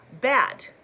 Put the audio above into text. Bad